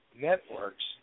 networks